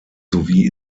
sowie